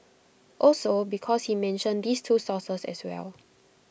also because he mentioned these two sources as well